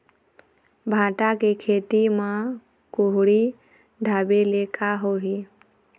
भांटा के खेती म कुहड़ी ढाबे ले का होही?